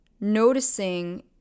noticing